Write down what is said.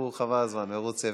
הוא מרוצה,